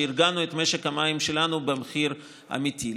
שארגנו את משק המים שלנו במחיר אמיתי.